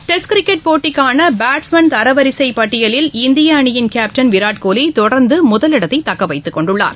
test cricket போட்டிக்கான batsman தர வரிசைப் பட்டியலில் இந்திய அணியின் கேப்டன் விராட் கோலி தொடர்ந்து முதலிடத்தை தக்க வைத்துக் கொண்டுள்ளார்